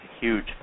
huge